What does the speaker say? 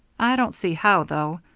i don't see how, though.